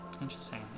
Interesting